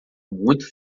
muito